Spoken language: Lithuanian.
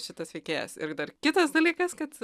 šitas veikėjas ir dar kitas dalykas kad